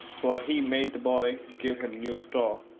for he made the boy give him new straw.